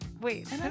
wait